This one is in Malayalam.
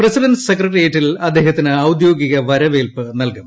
പ്രസിഡന്റ്സ് സെക്രട്ടേറിയറ്റിൽ അദ്ദേഹത്തിന് ഔദ്യോഗിക വരവേൽപ് നൽകും